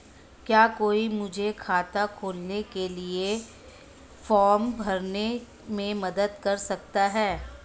क्या कोई मुझे खाता खोलने के लिए फॉर्म भरने में मदद कर सकता है?